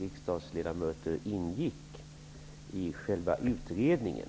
riksdagsledamöter ingick i själva utredningen.